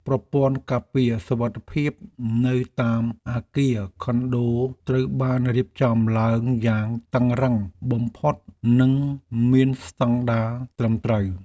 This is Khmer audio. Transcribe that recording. ប្រព័ន្ធការពារសុវត្ថិភាពនៅតាមអគារខុនដូត្រូវបានរៀបចំឡើងយ៉ាងតឹងរ៉ឹងបំផុតនិងមានស្តង់ដារត្រឹមត្រូវ។